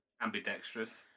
Ambidextrous